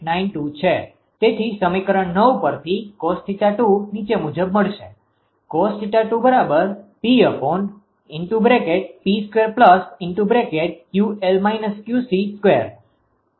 92 છે તેથી સમીકરણ પરથી cos𝜃2 નીચે મુજબ મળશે